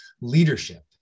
leadership